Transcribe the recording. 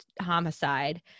homicide